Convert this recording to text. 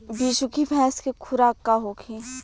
बिसुखी भैंस के खुराक का होखे?